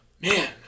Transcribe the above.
Man